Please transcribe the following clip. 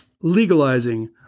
legalizing